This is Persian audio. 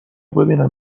ببینم